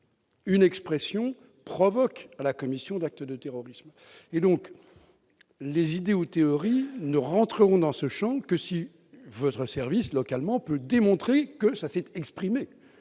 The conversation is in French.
une expression provoque à la commission d'actes de terrorisme et donc, les idéaux théorie ne rentreront dans ce Champ que si votre service localement peut démontrer que ça s'était exprimé